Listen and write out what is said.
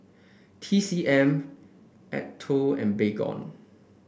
T C M Acuto and Baygon